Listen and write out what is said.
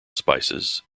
spices